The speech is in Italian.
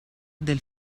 del